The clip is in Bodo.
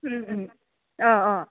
अ अ